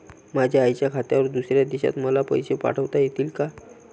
माझ्या आईच्या खात्यावर दुसऱ्या देशात मला पैसे पाठविता येतील का?